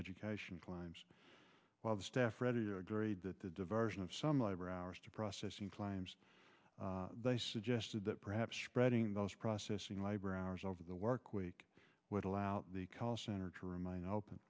education climbs while the staff ready are agreed that the diversion of some labor hours to processing claims they suggested that perhaps spreading those processing labor hours over the work week would allow the call center to remain open